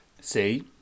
See